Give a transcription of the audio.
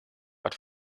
but